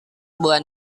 bulan